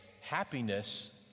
happiness